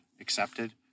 accepted